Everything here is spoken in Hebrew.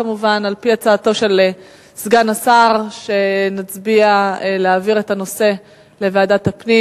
כמובן על-פי הצעתו של סגן השר להעביר את הנושא לוועדת הפנים.